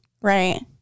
Right